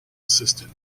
assistant